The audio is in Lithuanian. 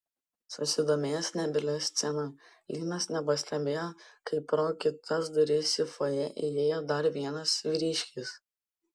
susidomėjęs nebylia scena linas nepastebėjo kaip pro kitas duris į fojė įėjo dar vienas vyriškis